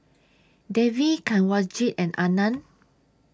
Devi Kanwaljit and Anand